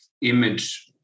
image